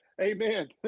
Amen